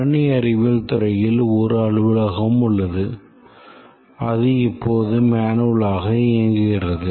கணினி அறிவியல் துறையில் ஒரு அலுவலகம் உள்ளது அது இப்போது manual ஆக இயங்குகிறது